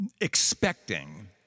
expecting